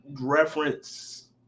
reference